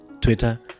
Twitter